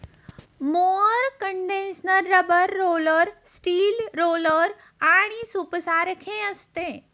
mower condenser rubber roller, steel roller आणि सूपसारखे असते